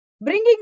Bringing